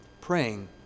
praying